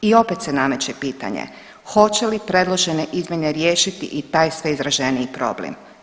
I opet se nameće pitanje, hoće li predložene izmijene riješiti i taj sve izraženiji problem?